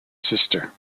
sister